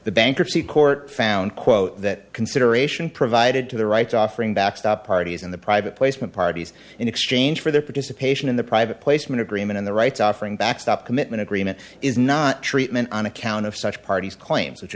the bankruptcy court found quote that consideration provided to the right offering backstop parties and the private placement parties in exchange for their participation in the private placement agreement in the rights offering backstop commitment agreement is not treatment on account of such parties claims which